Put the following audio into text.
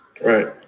Right